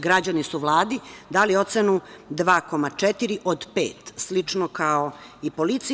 Građani su Vladi dali ocenu 2,4 od 5, slično kao i policiji.